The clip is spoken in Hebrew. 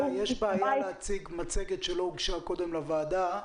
יש בעיה להציג מצגת שלא הוגשה קודם לוועדה.